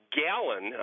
gallon